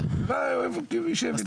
בשביל